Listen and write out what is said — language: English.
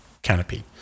canopy